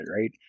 right